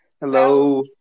hello